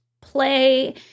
play